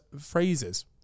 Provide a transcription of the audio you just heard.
phrases